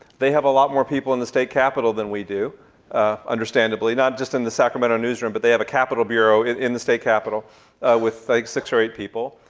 they have a lot more people in the state capital than we do understandably. not just in the sacramento newsroom, but they have a capitol bureau in the state capitol with like six or eight people.